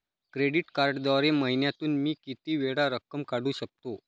Credit कार्डद्वारे महिन्यातून मी किती वेळा रक्कम काढू शकतो?